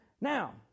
Now